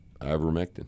ivermectin